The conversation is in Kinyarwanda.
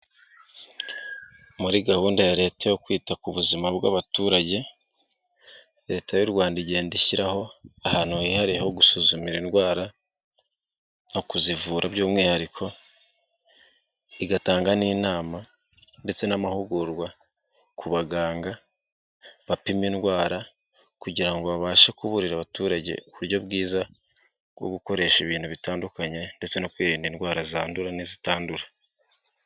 Muri gahunda ya leta yo kwita ku buzima bw'abaturage, leta y'u Rwanda igenda ishyiraho ahantu hihariye ho gusuzumi indwara no kuzivura by'umwihariko, igatanga n'inama ndetse n'amahugurwa ku baganga bapima indwara kugira ngo babashe kuburira abaturage. uburyo bwiza bwo gukoresha ibintu bitandukanye ndetse no kwirinda indwara zandu n'izitandura.